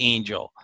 Angel